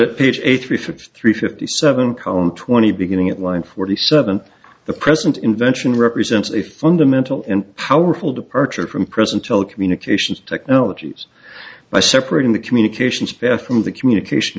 at page eighty three fifty three fifty seven column twenty beginning at line forty seven the present invention represents a fundamental and powerful departure from present telecommunications technologies by separating the communications better from the communication